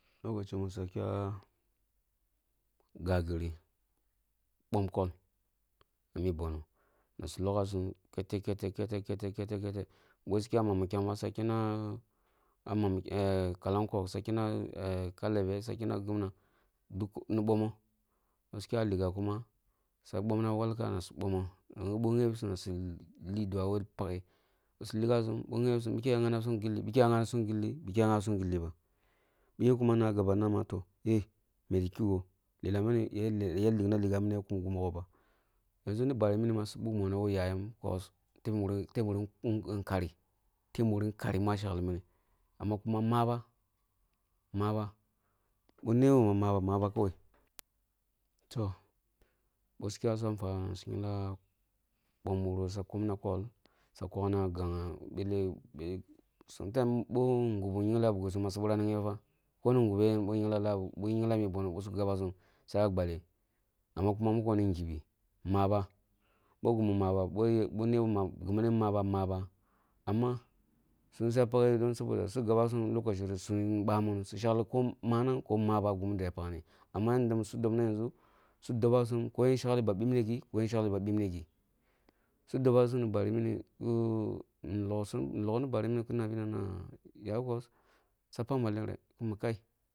Lokaci musu ya kya gagare, bom kor ah mi bonu na sum logho kete kete kete kete kete boh su kya bambikyang ba swa kennah kalankog swa kenna kalebe swa kenna ah gimna duk su bommo nasu kya liga kuma su bomna walka na si bommo gilli hoh ghebisum nasu lidwa woh paghe bisu ligha som bike ah ghyabsum gilli bike ya ghyabisum ba bike kua na gaba nama heh! Meti kigho lelah mini yira ligna ligha yina kum gimi mogho ba. Yanʒu ni bari mini su buk mono wo yayam bos teb mureh nkar teb mureh nkani mini ma sheklini amma kuma maba maba, boh nebo ma maba, maba kawai. Toh, bosum kya sum ah fwa na swa ngyingla mum wuru kol swa kumma gagha belle sometime boh gubu ngyimleh a buksum ma swa bira nigeba fa bone gube yen bi ngyingla buksum swa bira nigheba bohne gube gen bi ngyimla mi boni suya gbaleh amma muko ni ngibi maba, boh gimi maba gimni maba, maba amma suya paghe saboda lokoci sum nu bamu sa shekhi ko manang ko maba gumuduni suya pakni amma yadda suya dobna yenʒu su dobasam koyen shekleh ba bipne koyen shekle ba bipne gi. Su dobasum ni bari mini ko loksu lokni bari mini kina na yaya bos suya pak malen? Kuma kai!